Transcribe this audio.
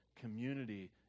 Community